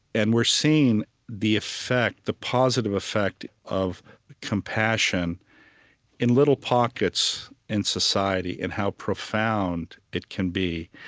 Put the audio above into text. and we're seeing the effect, the positive effect, of compassion in little pockets in society and how profound it can be.